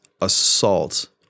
assault